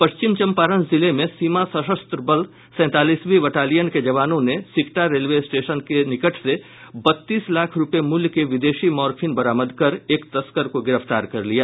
पश्चिम चम्पारण जिले में सीमा सशस्त्र बल सेंतालीसीवीं बटालियन के जवानों ने सिकटा रेलवे स्टेशन के निकट से बत्तीस लाख रुपये मूल्य के विदेशी मार्फीन बरामद कर एक तस्कर को गिरफ्तार कर लिया